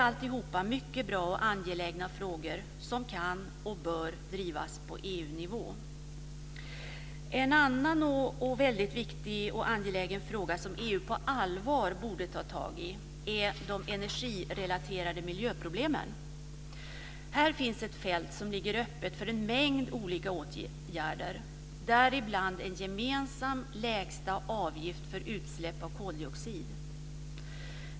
Allt detta är mycket bra och angelägna frågor som kan och bör drivas på EU En annan viktig och angelägen fråga som EU på allvar borde ta tag i är de energirelaterade miljöproblemen. Här finns ett fält som ligger öppet för en mängd olika åtgärder, däribland en gemensam lägsta avgift för utsläpp av koldioxid.